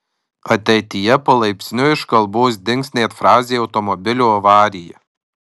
ateityje palaipsniui iš kalbos dings net frazė automobilio avarija